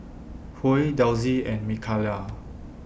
Huey Delsie and Mikayla